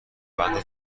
بندی